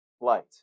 light